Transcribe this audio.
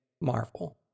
marvel